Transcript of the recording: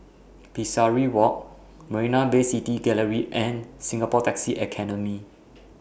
Pesari Walk Marina Bay City Gallery and Singapore Taxi Academy